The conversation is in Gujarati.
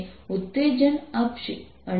તેથી આ Kb છે